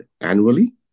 annually